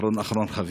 אחרון אחרון חביב.